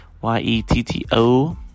y-e-t-t-o